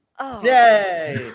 yay